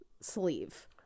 sleeve